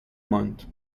ماند